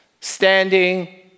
standing